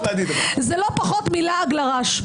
זה לא פחות מלעג לרש.